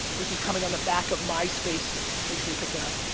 this was coming on the back of myspace make sure you pick that up.